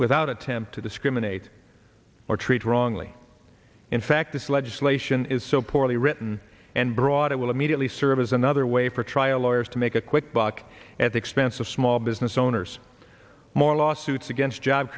without attempt to discriminate or treat wrongly in fact this legislation is so poorly written and broad it will immediately serve as another way for trial lawyers to make a quick buck at the expense of small business owners more lawsuits against job